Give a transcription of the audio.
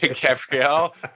Gabrielle